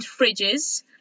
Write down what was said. fridges